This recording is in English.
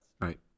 Right